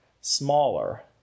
smaller